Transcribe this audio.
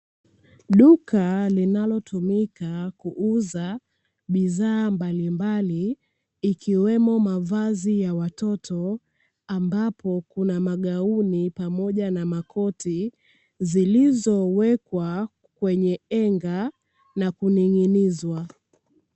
Duka linalotumika kuuza bidhaa mbalimbali, ikiwemo mavazi ya watoto ambapo kuna magauni pamoja na makoti zilizowekwa kwenye enga na kuning'inizwa.